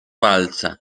walca